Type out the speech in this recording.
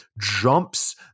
jumps